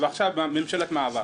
ובממשלת מעבר.